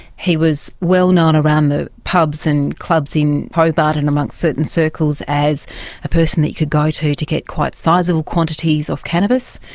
he was well known around the pubs and clubs in hobart and amongst certain circles as a person that you could go to to get quite sizeable quantities of cannabis.